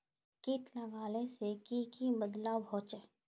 किट लगाले से की की बदलाव होचए?